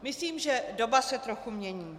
Myslím, že doba se trochu mění.